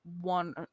one